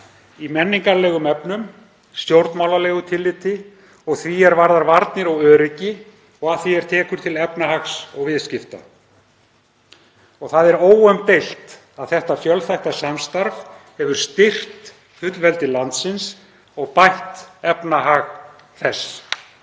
í menningarlegum efnum, stjórnmálalegu tilliti, því er varðar varnir og öryggi og að því er tekur til efnahags og viðskipta. Það er óumdeilt að þetta fjölþætta samstarf hefur styrkt fullveldi landsins og bætt efnahag þess.